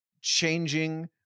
changing